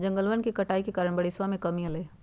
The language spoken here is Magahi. जंगलवन के कटाई के कारण बारिशवा में कमी अयलय है